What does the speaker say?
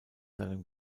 seinem